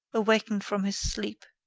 awakened from his sleep.